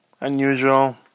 unusual